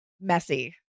Messy